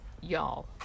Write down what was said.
y'all